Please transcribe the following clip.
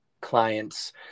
clients